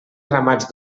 ramats